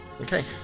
Okay